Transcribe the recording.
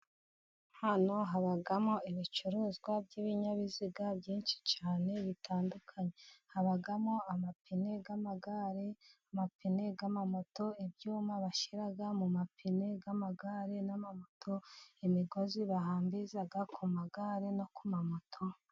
Hano habamo ibicuruzwa by'ibinyabiziga byinshi cyane bitandukanye habamo amapine y'amagare ,amapine n'amamoto ibyuma bashyira mu mapine y'amagare n'amamoto, imigozi bahambiriza ku magare no ku mamoto.